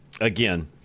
again